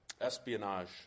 Espionage